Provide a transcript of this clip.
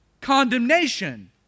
condemnation